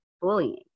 bullying